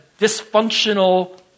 dysfunctional